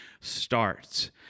starts